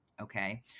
Okay